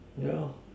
yeah